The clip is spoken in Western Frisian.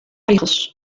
rigels